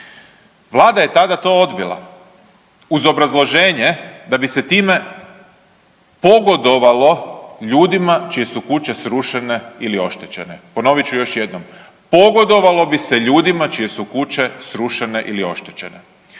Vlada je tada to odbila uz obrazloženje da bi se time pogodovalo ljudima čije su kuće srušene ili oštećene. Ponovit ću još jednom, pogodovalo bi se ljudima čije su kuće srušene ili oštećene.